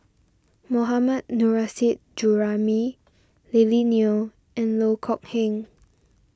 Mohammad Nurrasyid Juraimi Lily Neo and Loh Kok Heng